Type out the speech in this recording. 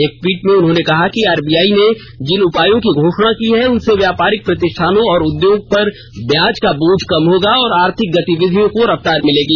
एक ट्वीट में उन्होंने कहा कि आरबीआई ने जिन उपायों की घोषणा की है उनसे व्यापारिक प्रतिष्ठानों और उद्योगों पर ब्याज का बोझ कम होगा और आर्थिक गतिविधियों को रफ्तार मिलेगी